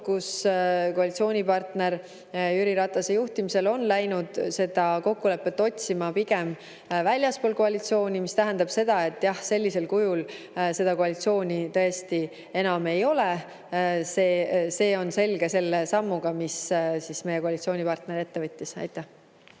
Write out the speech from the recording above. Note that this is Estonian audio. kus koalitsioonipartner on Jüri Ratase juhtimisel läinud kokkulepet otsima pigem väljaspool koalitsiooni, mis tähendab seda, et jah, sellisel kujul seda koalitsiooni enam ei ole. See on selge pärast seda sammu, mis meie koalitsioonipartner ette võttis.